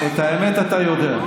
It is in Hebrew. תקשיב, את האמת אתה יודע.